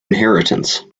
inheritance